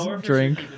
drink